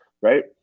right